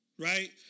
Right